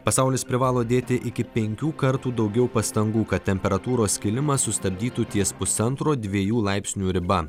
pasaulis privalo dėti iki penkių kartų daugiau pastangų kad temperatūros kilimą sustabdytų ties pusantro dviejų laipsnių riba